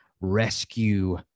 Rescue